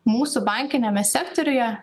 mūsų bankiniame sektoriuje